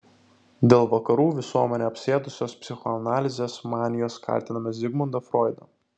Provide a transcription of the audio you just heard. dėl vakarų visuomenę apsėdusios psichoanalizės manijos kaltiname zigmundą froidą